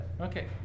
Okay